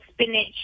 spinach